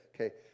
okay